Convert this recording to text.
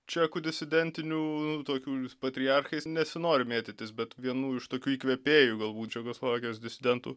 čekų disidentinių tokių patriarchais nesinori mėtytis bet vienu iš tokių įkvėpėjų galbūt čekoslovakijos disidentų